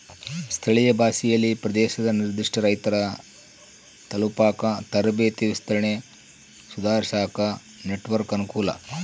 ಸ್ಥಳೀಯ ಭಾಷೆಯಲ್ಲಿ ಪ್ರದೇಶದ ನಿರ್ಧಿಷ್ಟ ರೈತರ ತಲುಪಾಕ ತರಬೇತಿ ವಿಸ್ತರಣೆ ಸುಧಾರಿಸಾಕ ನೆಟ್ವರ್ಕ್ ಅನುಕೂಲ